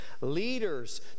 leaders